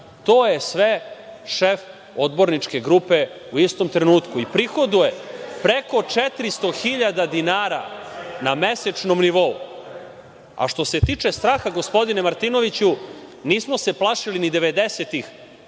to je sve šef odborničke grupe u istom trenutku i prihoduje preko 400 hiljada dinara na mesečnom nivou. Što se tiče straha, gospodine Martinoviću, nismo se plašili ni